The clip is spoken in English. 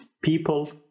People